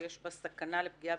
לעניין תיקים ספציפיים,